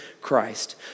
Christ